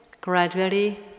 Gradually